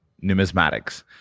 numismatics